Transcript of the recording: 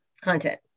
content